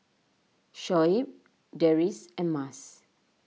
Shoaib Deris and Mas